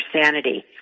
sanity